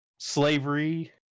slavery